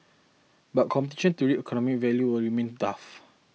but competition to reap economic value will remain tough